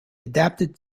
adapted